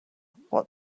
what